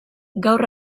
gaur